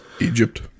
Egypt